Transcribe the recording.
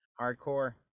hardcore